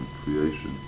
creation